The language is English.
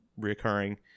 reoccurring